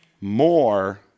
more